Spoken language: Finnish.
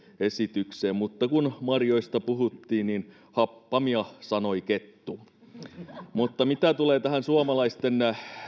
esitykseen mutta kun marjoista puhuttiin niin happamia sanoi kettu mitä tulee tähän suomalaisten